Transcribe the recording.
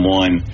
one